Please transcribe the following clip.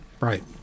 Right